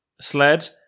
sled